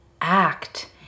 act